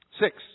Six